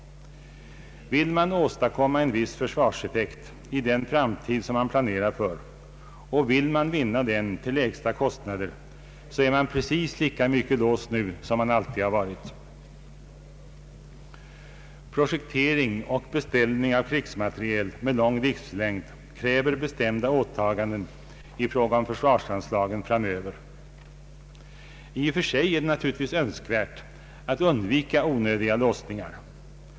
Vill man åstadkomma en viss försvarseffekt i den framtid som man planerar för och vill man vinna den till lägsta kostnader, så är man precis lika mycket låst nu som man alltid har varit. Projektering och = beställning av krigsmateriel med lång livslängd kräver bestämda åtaganden i fråga om försvarsanslagen framöver. I och för sig är det naturligtvis önskvärt att undvika onödiga låsningar.